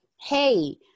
Hey